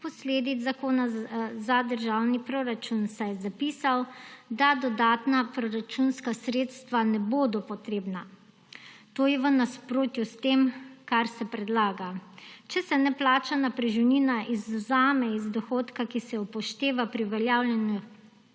posledic zakona za državni proračun, saj je zapisal, da dodatna proračunska sredstva ne bodo potrebna. To je v nasprotju s tem, kar se predlaga. Če se neplačana preživnina izvzame iz dohodka, ki se upošteva pri uveljavljanju